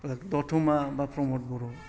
दथमा बा प्रमद बर'